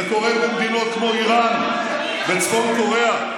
זה קורה במדינות כמו איראן וצפון קוריאה.